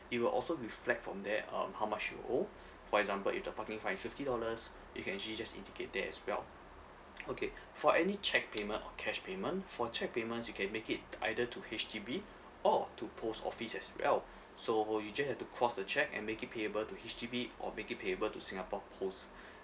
it will also reflect from there um how much you owe for example if the parking fine's fifty dollars you can actually just indicate there as well okay for any cheque payment or cash payment for cheque payments you can make it either to H_D_B or to post office as well so you just have to cross the cheque and make it payable to H_D_B or make it payable to singapore post